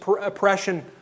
oppression